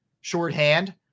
shorthand